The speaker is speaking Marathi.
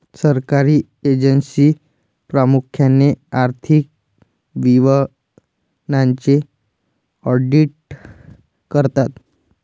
सरकारी एजन्सी प्रामुख्याने आर्थिक विवरणांचे ऑडिट करतात